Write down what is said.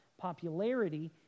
popularity